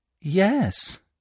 Yes